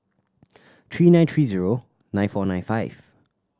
three nine three zero nine four nine five